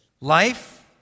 Life